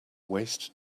waist